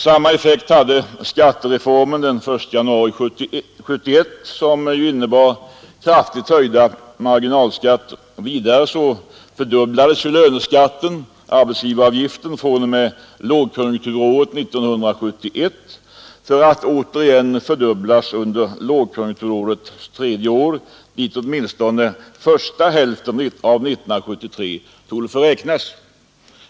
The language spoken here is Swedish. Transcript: Samma effekt hade skattereformen den 1 januari 1971, som ju innebar kraftigt höjda marginalskatter. Vidare fördubblades löneskatten, arbetsgivaravgiften, fr.o.m. lågkonjunkturåret 1971 för att återigen fördubblas under det tredje lågkonjunkturåret, dit åtminstone första hälften av 1973 torde få räknas.